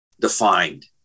defined